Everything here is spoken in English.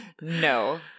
No